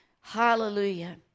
Hallelujah